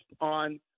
on